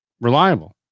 reliable